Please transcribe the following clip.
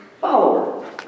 follower